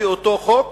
על-פי אותו חוק,